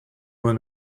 when